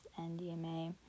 NDMA